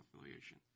affiliation